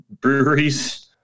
breweries